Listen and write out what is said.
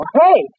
hey